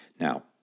Now